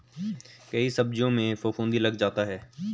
कई सब्जियों में फफूंदी लग जाता है